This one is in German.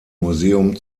museum